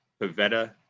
Pavetta